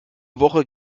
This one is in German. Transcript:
woche